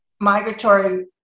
migratory